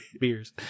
beers